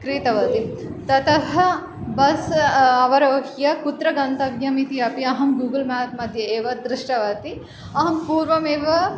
क्रीतवती ततः बस् अवरोह्य कुत्र गन्तव्यमिति अपि अहं गूगल् मेप् मद्ये एव दृष्टवती अहं पूर्वमेव